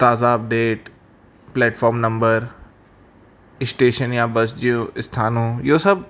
ताज़ा बैड platform number station या बस जो थानो इहो सभु